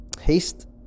haste